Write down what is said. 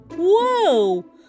Whoa